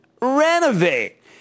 renovate